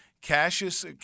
Cassius